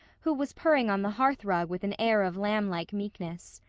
who was purring on the hearth rug with an air of lamb-like meekness.